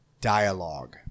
dialogue